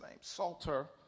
Salter